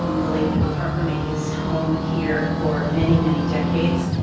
um the late michael harper made his home here for many, many decades,